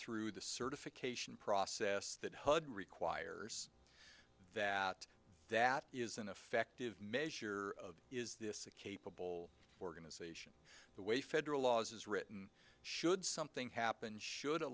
through the certification process that hud requires that that is an effective measure of is this a capable organization the way federal laws is written should something happen should a